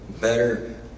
better